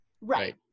right